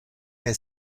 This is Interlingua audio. que